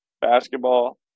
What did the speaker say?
basketball